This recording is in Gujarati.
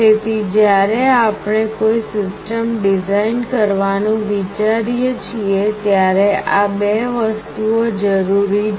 તેથી જ્યારે આપણે કોઈ સિસ્ટમ ડિઝાઇન કરવાનું વિચારીએ છીએ ત્યારે આ બે વસ્તુઓ જરૂરી છે